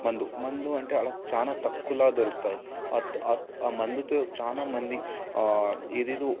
మందు మందు అంటే అక్కడ చాలా తక్కువలో దొరుకుతాయి ఆ మందుతో చాలామంది ఏదేదో